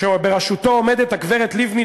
שבראשותו עומדת הגברת לבני.